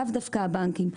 לאו דווקא הבנקים,